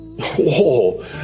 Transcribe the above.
Whoa